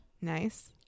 Nice